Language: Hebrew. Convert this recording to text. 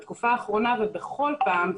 בתקופה האחרונה ובכל פעם,